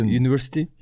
university